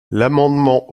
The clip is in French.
l’amendement